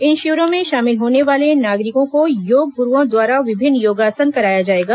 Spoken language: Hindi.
इन शिविरों में शामिल होने वाले नागरिकों को योग गुरूओं द्वारा विभिन्न योगासन कराया जाएगा